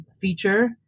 feature